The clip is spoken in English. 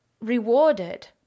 rewarded